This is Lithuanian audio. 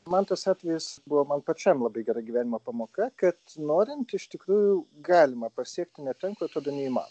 man tas atvejis buvo man pačiam labai gera gyvenimo pamoka kad norint iš tikrųjų galima pasiekti net ten kur atrodo neįmanoma